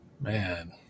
Man